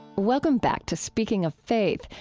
welcome back to speaking of faith,